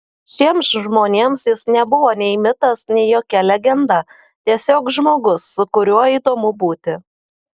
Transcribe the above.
šiems žmonėms jis nebuvo nei mitas nei jokia legenda tiesiog žmogus su kuriuo įdomu būti